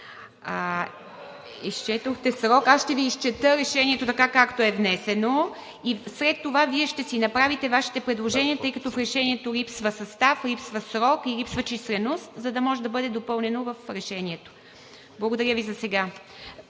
в решението. Ще Ви изчета решението така, както е внесено и след това Вие ще си направите Вашите предложения, тъй като в решението липсва състав, липсва срок и липсва численост, за да може да бъде допълнено в решението. Благодаря Ви, засега.